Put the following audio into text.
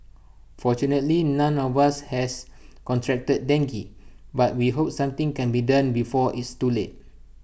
fortunately none of us has contracted dengue but we hope something can be done before it's too late